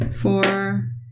Four